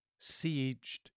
sieged